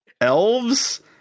elves